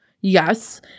Yes